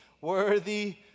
worthy